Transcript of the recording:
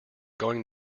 going